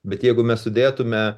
bet jeigu mes sudėtume